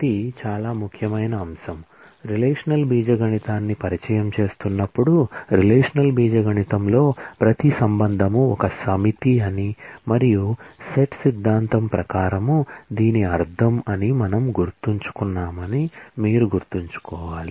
ఇది చాలా ముఖ్యమైన అంశం రిలేషనల్ ఆల్జీబ్రా ని పరిచయం చేస్తున్నప్పుడు రిలేషనల్ ఆల్జీబ్రా లో ప్రతి రిలేషన్ ఒక సమితి అని మరియు సెట్ సిద్ధాంతం ప్రకారం దీని అర్థం అని మనము గుర్తుంచుకున్నామని మీరు గుర్తుంచుకోవాలి